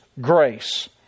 grace